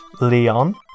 Leon